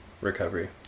recovery